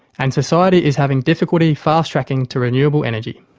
and society is having difficulty fast-tracking to renewable energy.